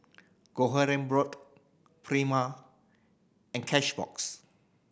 Kronenbourg Prima and Cashbox